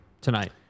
tonight